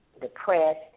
depressed